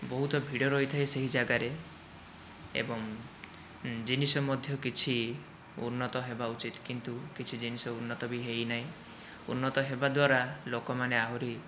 ବହୁତ ଭିଡ଼ ରହିଥାଏ ସେହି ଯାଗାରେ ଏବଂ ଜିନିଷ ମଧ୍ୟ କିଛି ଉନ୍ନତ ହେବା ଉଚିତ କିନ୍ତୁ କିଛି ଜିନିଷ ଉନ୍ନତ ବି ହୋଇନାହିଁ ଉନ୍ନତ ହେବା ଦ୍ଵାରା ଲୋକମାନେ ଆହୁରି